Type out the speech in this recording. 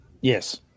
Yes